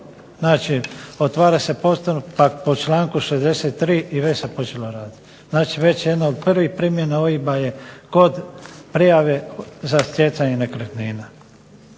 Znači otvara se postupak po članku 63. i već se počelo raditi, znači već jedna od prvih primjena OIB-a je kod prijave za stjecanje nekretnina.